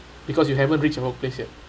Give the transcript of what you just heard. because you haven't reach your workplace yet